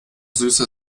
süße